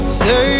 say